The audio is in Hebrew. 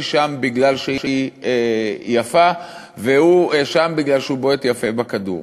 היא שם מפני שהיא יפה והוא שם בגלל שהוא בועט יפה בכדור.